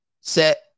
Set